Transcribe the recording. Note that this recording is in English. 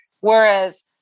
Whereas